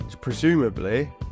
presumably